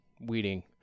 weeding